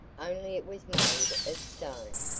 only it was made of stone.